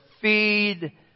feed